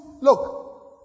look